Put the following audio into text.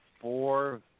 Four